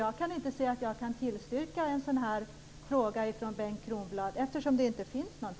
Jag kan inte se att jag kan tillstyrka ett sådant förslag från Bengt Kronblad, eftersom det inte finns något.